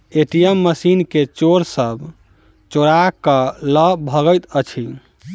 ATM machine के चोर सब चोरा क ल भगैत अछि